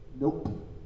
Nope